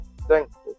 thankful